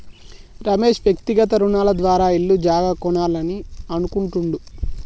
రమేష్ వ్యక్తిగత రుణాల ద్వారా ఇల్లు జాగా కొనాలని అనుకుంటుండు